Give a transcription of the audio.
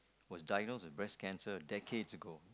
was diagnosed with breast cancer decades ago